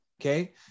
Okay